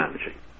managing